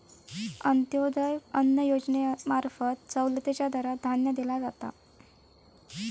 अंत्योदय अन्न योजनेंमार्फत सवलतीच्या दरात धान्य दिला जाता